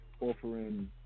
offering